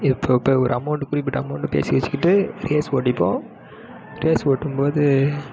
இப்போது இப்போது ஒரு அமௌண்ட்டு குறிப்பிட்ட அமௌண்ட்டு பேசி வச்சிக்கிட்டு ரேஸ் ஓட்டிப்போம் ரேஸ் ஓட்டும்போது